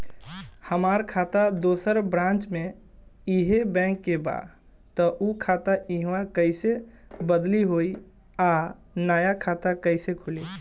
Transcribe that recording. हमार खाता दोसर ब्रांच में इहे बैंक के बा त उ खाता इहवा कइसे बदली होई आ नया खाता कइसे खुली?